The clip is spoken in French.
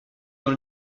dans